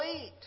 eat